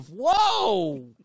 Whoa